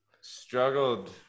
Struggled